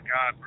God